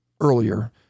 earlier